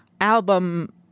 album